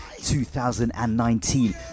2019